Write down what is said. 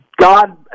God